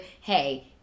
hey